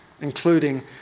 including